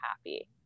happy